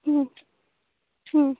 ହୁଁ ହୁଁ